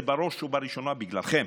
זה בראש ובראשונה בגללכם.